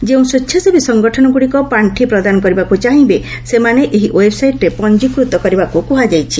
ଯେଉଁ ସ୍ୱଚ୍ଛାସେବୀ ସଂଗଠନଗ୍ରଡ଼ିକ ପାର୍ଷି ପ୍ରଦାନ କରିବାକୃ ଚାହିଁବେ ସେମାନେ ଏହି ୱେବ୍ସାଇଟ୍ରେ ପଞ୍ଜିକୃତ କରିବାକୃ କୃହାଯାଇଛି